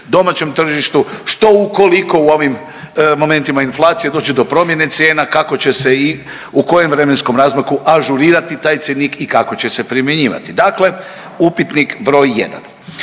domaćem tržištu što ukoliko u ovim momentima inflacije dođe do promjene cijena kako će se i u kojem vremenskom razmaku ažurirati taj cjenik i kako će se primjenjivati. Dakle, upitnik broj